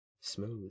Smooth